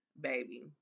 Baby